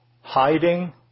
Hiding